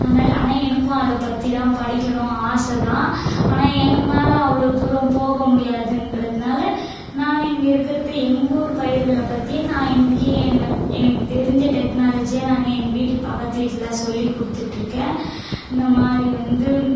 அதனால் ஆனால் எனக்கும் அதை பற்றிலாம் படிக்கணும் ஆசை தான் ஆனால் எங்களால அவ்வளோ தூரம் போக முடியாதுன்றதுனால நான் இங்கே இருக்கிறதை எங்கள் ஊர் பயிர்களை பற்றி நான் இங்கேயே எனக்கு எனக்கு தெரிஞ்ச டெக்னாலஜியை நான் எங்கள் வீட்டு பக்கத்து வீட்லலாம் சொல்லி கொடுத்துட்ருக்கேன் இந்தமாதிரி வந்து